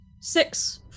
six